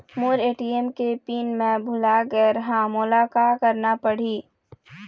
मोर ATM के PIN मैं भुला गैर ह, मोला का करना पढ़ही?